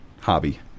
hobby